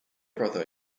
brother